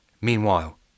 Meanwhile